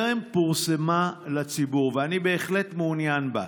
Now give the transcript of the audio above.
שטרם פורסמה לציבור, ואני בהחלט מעונין בה.